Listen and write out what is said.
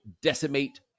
decimate